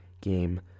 game